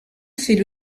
fait